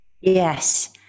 Yes